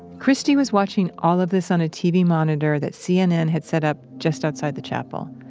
christie was watching all of this on a tv monitor that cnn had set up just outside the chapel.